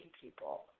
people